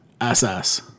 SS